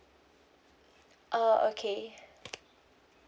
oh okay